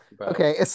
Okay